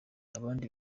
abandi